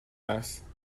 است